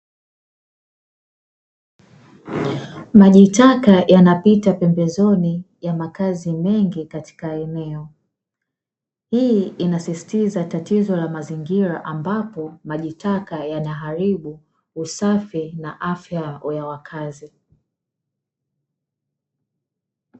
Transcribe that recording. Maji taka yanapita pembezoni ya makazi mengi katika eneo. Hii inasisitiza tatizo la mazingira ambapo maji taka yanaharibu usafi na afya ya wakazi.